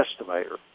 estimator